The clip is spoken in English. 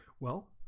well